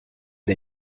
der